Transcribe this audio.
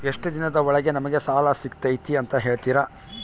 ಎಷ್ಟು ದಿನದ ಒಳಗೆ ನಮಗೆ ಸಾಲ ಸಿಗ್ತೈತೆ ಅಂತ ಹೇಳ್ತೇರಾ?